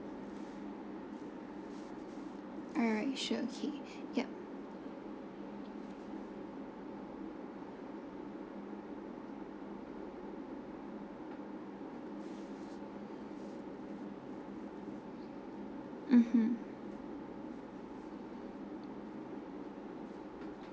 alright sure okay yup mmhmm